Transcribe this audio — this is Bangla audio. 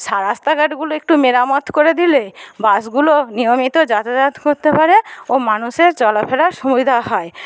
রাস্তাঘাটগুলো একটু মেরামত করে দিলে বাসগুলো নিয়মিত যাতাযাত করতে পারে ও মানুষের চলাফেরার সুবিধা হয়